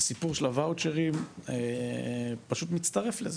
הסיפור של הואוצ'רים פשוט מצטרף לזה.